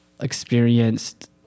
experienced